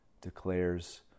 declares